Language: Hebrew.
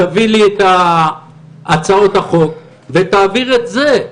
תביא לי את הצעות החוק ותעביר את זה.